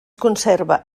conserva